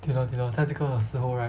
对 lor 对 lor 在这个时候 right